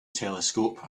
telescope